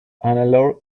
hannelore